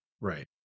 right